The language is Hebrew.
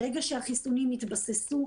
ברגע שהחיסונים יתבססו,